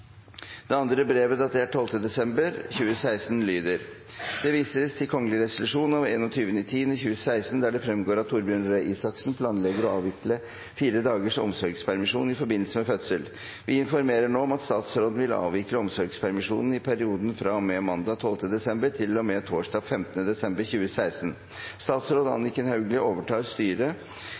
Det andre brevet, datert 12. desember 2016, lyder: «Det vises til kgl. res. av 21.10.2016, der det fremgår at Torbjørn Røe Isaksen planlegger å avvikle inntil 4 dagers omsorgspermisjon i forbindelse med fødsel. Vi informerer nå om at statsråden vil avvikle omsorgspermisjonen i perioden fra og med mandag den 12. desember til og med torsdag den 15. desember 2016. Statsråd Anniken Hauglie overtar styret